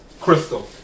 crystal